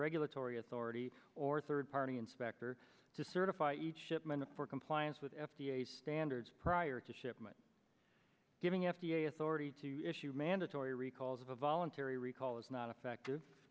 regulatory authority or third party inspector to certify each shipment for compliance with f d a standards prior to shipment giving f d a authority to issue mandatory recalls a voluntary recall is not effective